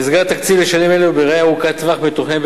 במסגרת התקציב לשנים אלה ובראייה ארוכת-טווח מתוכננים,